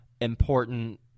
important